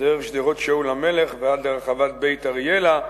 דרך שדרות שאול המלך ועד רחבת "בית אריאלה",